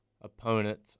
opponent